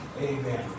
Amen